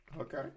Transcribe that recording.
Okay